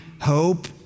hope